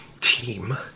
team